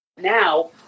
now